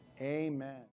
Amen